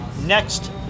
next